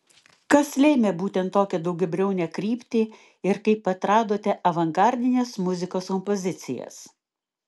kas lėmė būtent tokią daugiabriaunę kryptį ir kaip atradote avangardinės muzikos kompozicijas